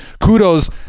kudos